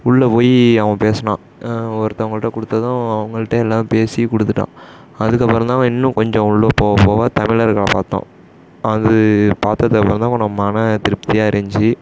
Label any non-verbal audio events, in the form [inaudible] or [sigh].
உள்ளே போய் அவன் பேசினான் ஒருத்தவங்கள்ட்ட கொடுத்ததும் அவங்கள்ட்ட எல்லாம் பேசி கொடுத்துட்டான் அதுக்கப்புறம் தான் இன்னும் கொஞ்சம் உள்ளே போக போக தமிழர்களை பார்த்தோம் அது பார்த்ததுக்கப்பறம் தான் [unintelligible] மன திருப்தியாக இருந்துச்சு